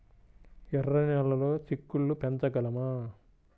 ఎర్ర నెలలో చిక్కుళ్ళు పెంచగలమా?